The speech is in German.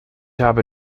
habe